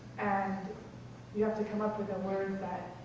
and you have to come up with a word